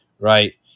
right